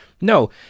No